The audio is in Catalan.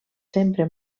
sempre